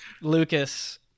Lucas